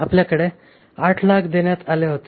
आपल्याकडे 800000 देण्यात आले होते